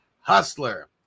HUSTLER